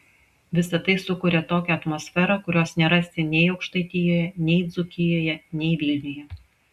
visa tai sukuria tokią atmosferą kurios nerasi nei aukštaitijoje nei dzūkijoje nei vilniuje